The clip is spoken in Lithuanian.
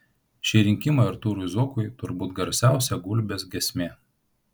šie rinkimai artūrui zuokui turbūt garsiausia gulbės giesmė